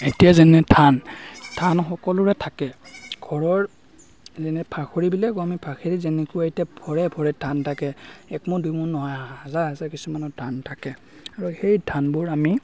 এতিয়া যেনে ধান ধান সকলোৰে থাকে ঘৰৰ যেনে ফাখৰী বুলিয়ে কওঁ আমি ফাখেৰী যেনেকুৱা এতিয়া ভৰে ভৰে ধান থাকে একমোন দুইমোন নহয় হাজাৰ হাজাৰ কিছুমানত ধান থাকে আৰু সেই ধানবোৰ আমি